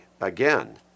Again